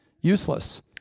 useless